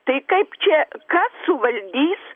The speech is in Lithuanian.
tai kaip čia kas suvaldys